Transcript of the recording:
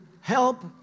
help